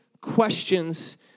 questions